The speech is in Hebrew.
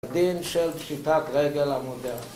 ‫הדין של שיטת רגל המודרנית.